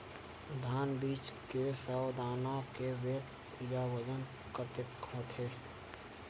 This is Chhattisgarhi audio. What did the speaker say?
धान बीज के सौ दाना के वेट या बजन कतके होथे?